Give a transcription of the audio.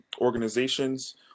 organizations